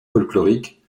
folklorique